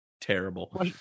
terrible